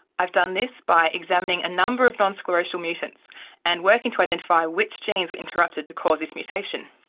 i've done this by examining a number of non-sclerotial mutants and working to identify which genes were interrupted to cause this mutation.